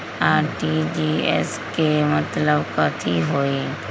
RTGS के मतलब कथी होइ?